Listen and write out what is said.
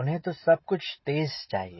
उन्हें तो सब कुछ तेज़ चाहिए